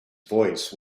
voice